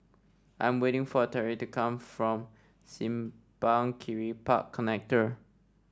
I'm waiting for Tariq to come back from Simpang Kiri Park Connector